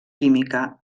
química